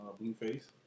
Blueface